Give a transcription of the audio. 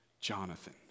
Jonathan